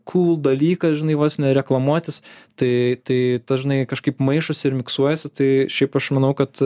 kūl dalykas žinai vos ne reklamuotis tai tai tas žinai kažkaip maišosi ir miksuojasi tai šiaip aš manau kad